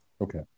Okay